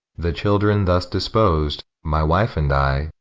the children thus dispos'd, my wife and i,